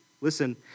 Listen